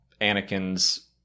Anakin's